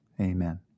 Amen